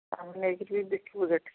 ନେଇକି ଟିକେ ଦେଖିବୁ ରେଟ୍